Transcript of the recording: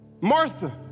Martha